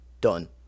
done